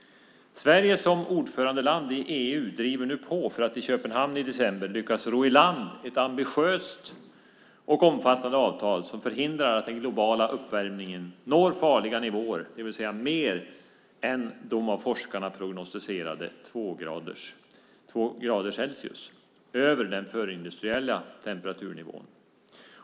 Sverige som ordförandeland i EU driver nu på för att i Köpenhamn i december lyckas ro i land ett ambitiöst och omfattande avtal som förhindrar att den globala uppvärmningen når farliga nivåer, det vill säga mer än de av forskarna prognostiserade två grader Celsius över den förindustriella temperaturnivån.